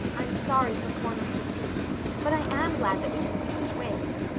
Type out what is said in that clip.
i'm sorry for poor mr. keith but i am glad that we can keep the twins.